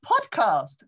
Podcast